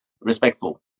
respectful